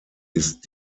ist